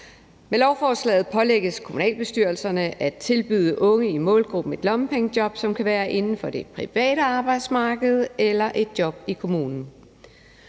Med lovforslaget pålægges kommunalbestyrelserne at tilbyde unge i målgruppen et lommepengejob, som kan være inden for det private arbejdsmarked eller et job i kommunen.